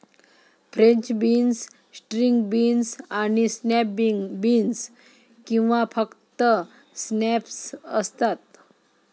French beans, string beans आणि snap beans किंवा फक्त स्नॅप्स असतात